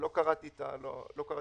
לא קראתי את ההצעה,